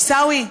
עיסאווי,